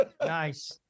Nice